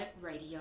Radio